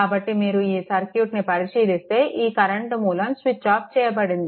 కాబట్టి మీరు ఈ సర్క్యూట్ని పరిశీలిస్తే ఈ కరెంట్ మూలం స్విచ్ ఆఫ్ చేయబడింది